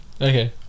okay